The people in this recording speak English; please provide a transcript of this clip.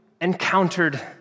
encountered